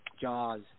Jaws